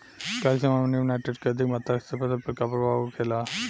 Calcium ammonium nitrate के अधिक मात्रा से फसल पर का प्रभाव होखेला?